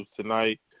tonight